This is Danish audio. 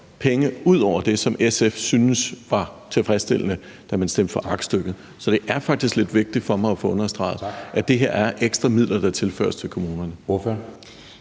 penge ud over det, som SF syntes var tilfredsstillende, da man stemte for aktstykket. Så det er faktisk lidt vigtigt for mig at få understreget, at det her er ekstra midler, der tilføres kommunerne.